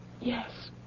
Yes